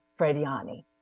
Frediani